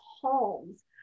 homes